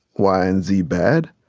y, and z bad.